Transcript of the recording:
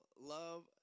love